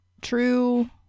true